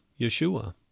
Yeshua